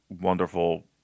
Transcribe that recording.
wonderful